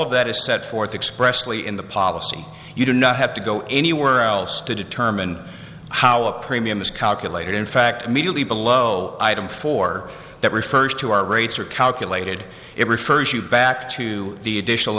of that is set forth expressly in the policy you do not have to go anywhere else to determine how a premium is calculated in fact immediately below item four that refers to our rates are calculated it refers you back to the additional